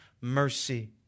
mercy